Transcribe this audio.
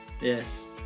yes